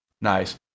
nice